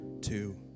two